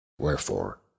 Wherefore